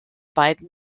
beiden